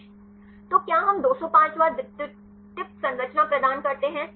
तो क्या हम 205 वाँ द्वितीयक संरचना प्रदान करते हैं